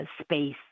space